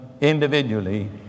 individually